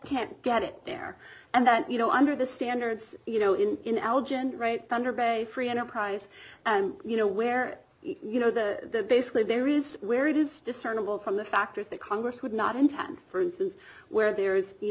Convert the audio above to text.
can't get it there and that you know under the standards you know in in elgin right thunder bay free enterprise and you know where you know the basically there is where it is discernible from the factors that congress would not intend for instance where there is you